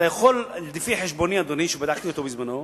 אתה יכול, לפי חשבוני, אדוני, שבדקתי אותו בזמנו,